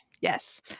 Yes